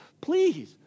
Please